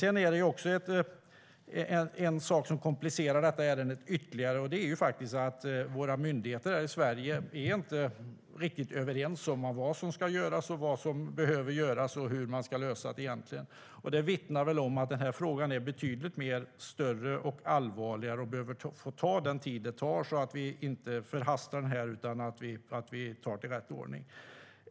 En sak som komplicerar detta ärende ytterligare är att våra myndigheter här i Sverige inte är riktigt överens om vad som ska och behöver göras och hur man ska lösa detta. Det vittnar väl om att frågan är betydligt större och allvarligare och behöver få ta den tid den tar, så att vi inte förhastar det här utan tar det i rätt ordning.